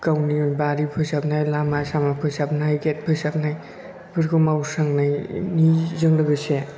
गावनि बारि फोसाबनाय लामा सामा फोसाबनाय गेट फोसाबनायफोरखौ मावस्रांनायनि जों लोगोसे